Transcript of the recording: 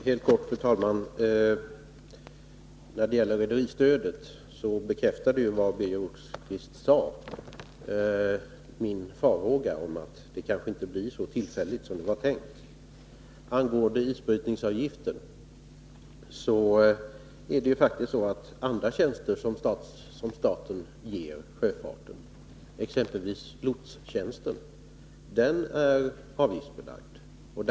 Fru talman! Helt kort: När det gäller rederistödet bekräftar det Birger Rosqvist sade min farhåga om att stödet kanske inte blir så tillfälligt som det var tänkt. Angående isbrytaravgift: Andra tjänster som staten tillhandahåller sjöfarten, exempelvis lotstjänster, är avgiftsbelagda.